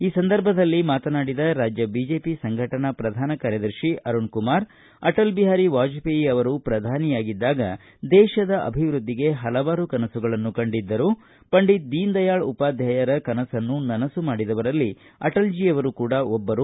ಈ ಸಂದರ್ಭದಲ್ಲಿ ಮಾತನಾಡಿದ ರಾಜ್ಯ ಬಿಜೆಪಿ ಸಂಘಟನಾ ಪ್ರಧಾನ ಕಾರ್ಯದರ್ಶಿ ಅರುಣಕುಮಾರ್ ಅಟಲ್ ಬಿಹಾರಿ ವಾಜಪೇಯಿಯವರು ಪ್ರಧಾನಿಯವರಾಗಿದ್ದಾಗ ದೇಶದ ಅಭಿವ್ಯದ್ದಿಗೆ ಹಲವಾರು ಕನಸುಗಳನ್ನು ಕಂಡಿದ್ದರು ಪಂಡಿತ್ ದೀನದಯಾಳ್ ಉಪಾಧ್ಯಾಯರ ಕನಸನ್ನು ನನಸು ಮಾಡಿದವರಲ್ಲಿ ಅಟಲ್ಜೀಯವರು ಕೂಡ ಒಬ್ಬರು